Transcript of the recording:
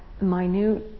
minute